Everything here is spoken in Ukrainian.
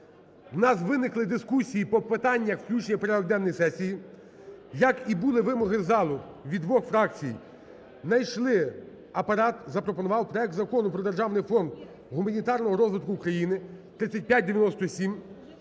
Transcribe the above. В нас виникли дискусії по питаннях включення в порядок денний сесії. Як і були вимоги з залу від двох фракцій, знайшли, Апарат запропонував проект Закону про державний фонд гуманітарного розвитку України (3597).